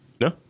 No